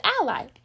ally